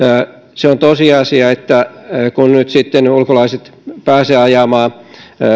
se on tosiasia että kun nyt sitten ulkolaiset pääsevät ajamaan